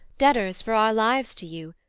debtors for our lives to you,